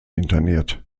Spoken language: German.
interniert